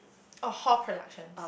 orh hall productions